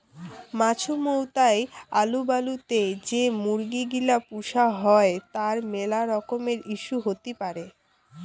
মাছুমৌতাই হালুবালু তে যে মুরগি গিলা পুষা হই তার মেলা রকমের ইস্যু হতি পারে